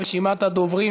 כעת לרשימת הדוברים,